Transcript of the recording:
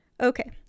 Okay